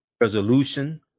resolution